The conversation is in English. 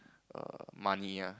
err money ah